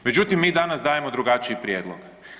Međutim, mi danas dajemo drugačiji prijedlog.